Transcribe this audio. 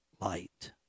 light